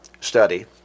study